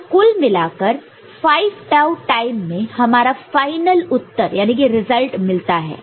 तो कुल मिलाकर 5 टाऊ टाइम में हमारा फाइनल उत्तर रिजल्ट result मिलता है